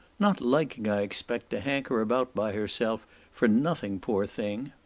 not liking, i expect, to hanker about by herself for nothing, poor thing.